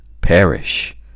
perish